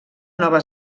nova